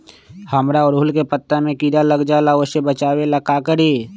हमरा ओरहुल के पत्ता में किरा लग जाला वो से बचाबे ला का करी?